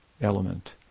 element